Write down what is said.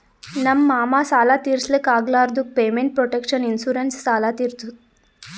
ನಮ್ ಮಾಮಾ ಸಾಲ ತಿರ್ಸ್ಲಕ್ ಆಗ್ಲಾರ್ದುಕ್ ಪೇಮೆಂಟ್ ಪ್ರೊಟೆಕ್ಷನ್ ಇನ್ಸೂರೆನ್ಸ್ ಸಾಲ ತಿರ್ಸುತ್